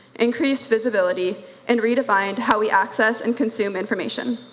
increased visibility and redefined how we access and consume information.